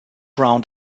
round